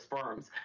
firms